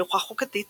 מלוכה חוקתית